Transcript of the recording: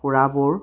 সোৰাবোৰ